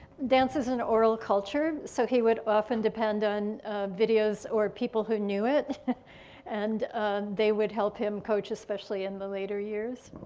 dance is an oral culture so he would often depend on videos or people who knew it and they would help him coach especially in the later years.